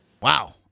Wow